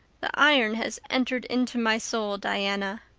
the iron has entered into my soul, diana.